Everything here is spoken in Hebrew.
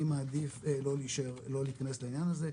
אני מעדיף לא להיכנס לענין הזה.